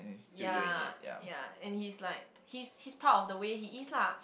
ya ya and he's like he's he's proud of the way he is lah